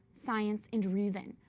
science, and reason.